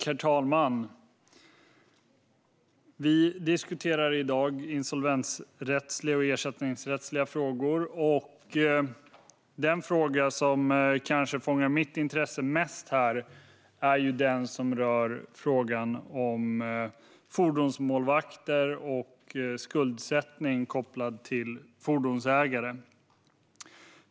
Herr talman! Vi ska nu diskutera insolvensrättsliga och ersättningsrättsliga frågor. Den fråga som kanske fångar mitt intresse mest här är den som rör fordonsmålvakter och skuldsättning kopplad till fordonsägare.